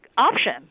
option